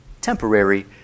Temporary